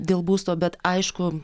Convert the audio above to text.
dėl būsto bet aišku